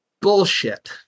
bullshit